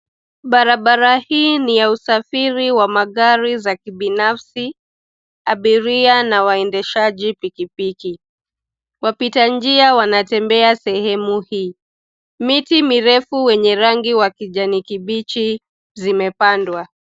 Barabara hii ni ya usafiri wa magari za kibinafsi, abiria na waendeshaji pikipiki. Wapita njia wanatembea sehemu hii. Miti mirefu wenye rangi wa kijani kibichi zimepandwa.